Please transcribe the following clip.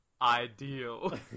ideal